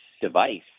device